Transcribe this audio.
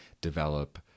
develop